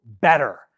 better